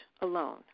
alone